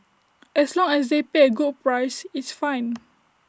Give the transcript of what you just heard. as long as they pay A good price it's fine